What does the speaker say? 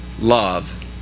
love